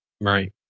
Right